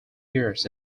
years